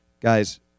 Guys